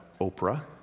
Oprah